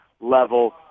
level